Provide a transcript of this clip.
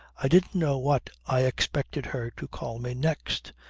i didn't know what i expected her to call me next,